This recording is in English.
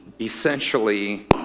essentially